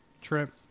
Trip